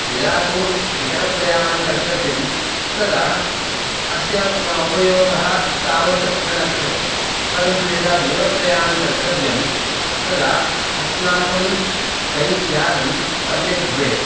यदा तु निकटप्रयाणं कर्तव्यं तदा अस्य उपयोगः तावत् न लक्ष्यते परन्तु यदा दूरप्रयाणं कर्तव्यं तदा अस्माकं बैक्यानं सम्यक् भवेत्